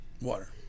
water